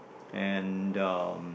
and um